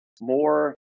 more